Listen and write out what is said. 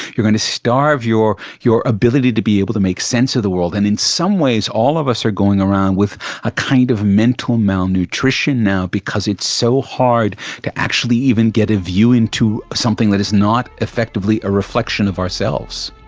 you're going to starve your your ability to be able to make sense of the world, and in some ways all of us are going around with a kind of mental malnutrition now because it's so hard to actually even get a view into something that is not effectively a reflection of ourselves.